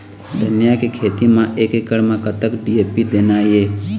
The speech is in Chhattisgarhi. धनिया के खेती म एक एकड़ म कतक डी.ए.पी देना ये?